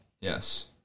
Yes